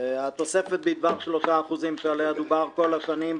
התוספת בדבר 3% שעליה דובר כל השנים,